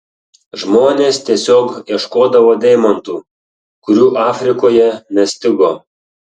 žmonės tiesiog ieškodavo deimantų kurių afrikoje nestigo